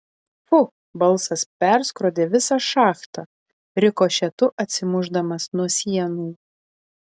fu balsas perskrodė visą šachtą rikošetu atsimušdamas nuo sienų